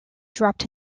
dropped